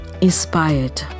inspired